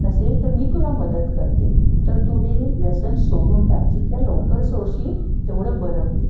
नसेल तर मी तुला मदत करते तर तू हे व्यसन सोडून टाक जितक्या लवकर सोडशील तेवढं बरं होईल